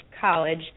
college